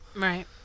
Right